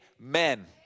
amen